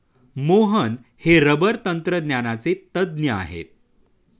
मोहन हे रबर तंत्रज्ञानाचे तज्ज्ञ आहेत